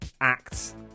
acts